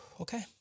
Okay